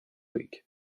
week